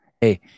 Hey